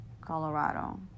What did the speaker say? Colorado